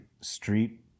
street